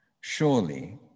Surely